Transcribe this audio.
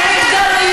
במי את תומכת?